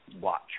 watch